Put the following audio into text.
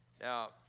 Now